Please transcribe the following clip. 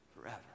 forever